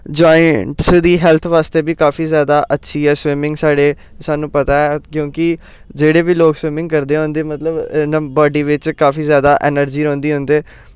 joints दी health बास्तै बी काफी ज्यादा अच्छी ऐ स्विमिंग साढ़े सानू पता ऐ क्योंकि जेह्ड़े बी लोक स्विमिंग करदे उं'दी मतलब बॉडी बिच्च काफी ज्यादा एनर्जी रौंह्दी उं'दे